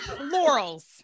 laurels